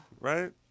right